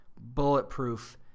bulletproof